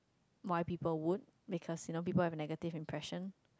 might people would because you know people have a negative impression